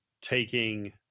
taking